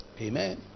Amen